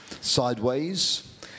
sideways